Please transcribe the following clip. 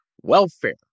welfare